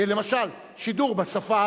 למשל, שידור בשפה הערבית,